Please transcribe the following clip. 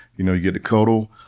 you know you get to cuddle,